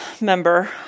member